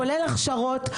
כולל הכשרות,